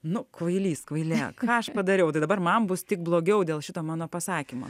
nu kvailys kvailė ką aš padariau tai dabar man bus tik blogiau dėl šito mano pasakymo